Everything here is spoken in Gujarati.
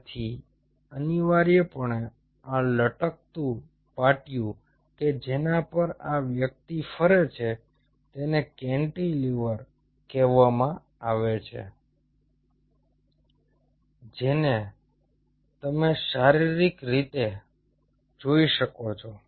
તેથી અનિવાર્યપણે આ લટકતું પાટિયું કે જેના પર આ વ્યક્તિ ફરે છે તેને કેન્ટિલીવર કહેવામાં આવે છે જેને તમે શારીરિક રીતે જોઈ શકો છો